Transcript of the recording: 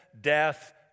death